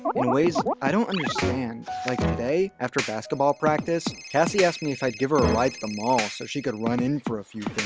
in ways i don't understand. like today after basketball practice, cassie asked me if i'd give her a ride to the mall so she could run in for a few